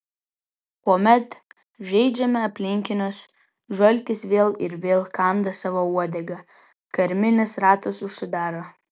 kuomet žeidžiame aplinkinius žaltys vėl ir vėl kanda savo uodegą karminis ratas užsidaro